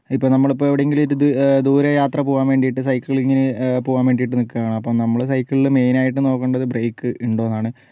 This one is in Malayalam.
ഇപ്പോൾ നമ്മളിപ്പോൾ എവിടെയെങ്കിലും ഒരു ദൂര യാത്ര പോകാൻ വേണ്ടിയിട്ട് സൈക്കിളിംഗിന് പോകാൻ വേണ്ടിട്ട് നിൽക്കുകയാണ് അപ്പോൾ നമ്മളുടെ സൈക്കിളിന് മെയിനായിട്ട് നോക്കേണ്ടത് ബ്രേയ്ക്ക് ഉണ്ടോ എന്നാണ്